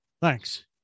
Thanks